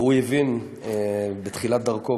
בתחילת דרכו,